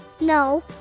No